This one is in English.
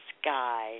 sky